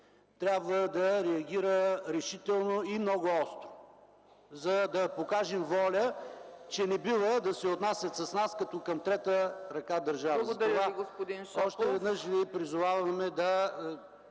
трябва да реагира решително и много остро, за да покажем воля, че не бива да се отнасят с нас като към трета ръка държава. Още веднъж Ви призоваваме да